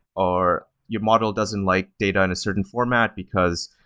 or your model doesn't like data in a certain format, because,